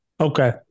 okay